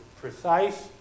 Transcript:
precise